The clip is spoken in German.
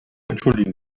entschuldigen